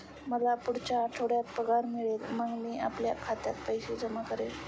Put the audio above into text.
मला पुढच्या आठवड्यात पगार मिळेल मग मी आपल्या खात्यात पैसे जमा करेन